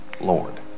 Lord